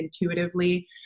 intuitively